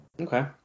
Okay